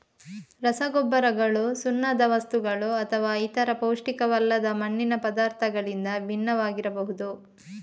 ರಸಗೊಬ್ಬರಗಳು ಸುಣ್ಣದ ವಸ್ತುಗಳುಅಥವಾ ಇತರ ಪೌಷ್ಟಿಕವಲ್ಲದ ಮಣ್ಣಿನ ಪದಾರ್ಥಗಳಿಂದ ಭಿನ್ನವಾಗಿರಬಹುದು